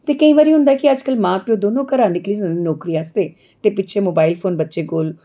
ते केईं बारी होंदा ऐ अज्जकल मां प्यो दौनें निकली जंदे न नौकरी आस्तै ते पिच्छें मोबाइल फोन बच्चें कोल